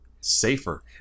safer